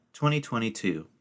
2022